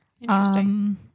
Interesting